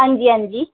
हां जी हां जी